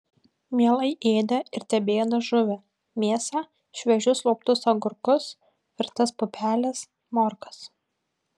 mielai ėdė ir tebeėda žuvį mėsą šviežius luptus agurkus virtas pupeles morkas